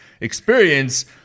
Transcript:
experience